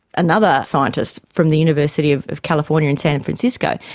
another scientist from the university of of california in san francisco,